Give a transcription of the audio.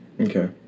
Okay